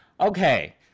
okay